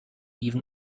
even